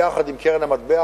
יחד עם קרן המטבע,